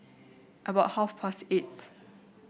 about half past eight